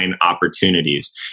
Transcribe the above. opportunities